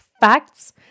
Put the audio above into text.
facts